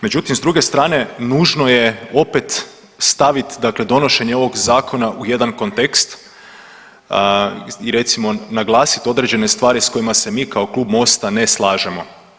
Međutim, s druge strane nužno je opet stavit, dakle donošenje ovog zakona u jedan kontekst i recimo naglasiti određene stvari sa kojima se mi kao klub MOST-a ne slažemo.